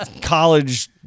college